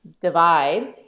divide